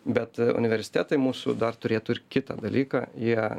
bet universitetai mūsų dar turėtų ir kitą dalyką jie